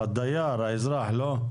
הדייר, האזרח, לא?